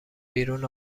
بیرون